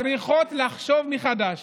צריכות לחשוב מחדש